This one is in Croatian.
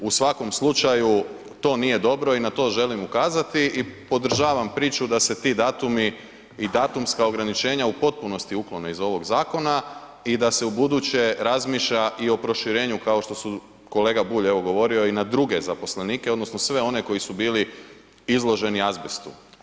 U svakom slučaju to nije dobro i na to želim ukazati i podržavam priču da se ti datumi i datumska ograničenja u potpunosti uklone iz ovog zakona i da se ubuduće razmišlja i o proširenju kao što su, kolega Bulj je evo govorio i na druge zaposlenike odnosno sve one koji su bili izloženi azbestu.